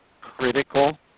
critical